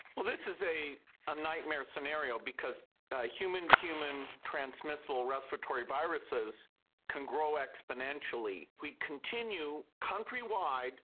well, this is a ah nightmare scenario because human-to-human transmissible respiratory viruses can grow exponentially. we continue countrywide,